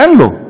אין לו.